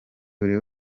buri